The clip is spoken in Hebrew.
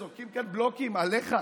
זורקים כאן בלוקים עליך.